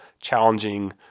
challenging